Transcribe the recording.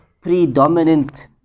predominant